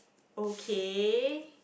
okay